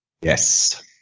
Yes